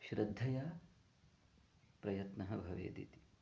श्रद्धया प्रयत्नः भवेदिति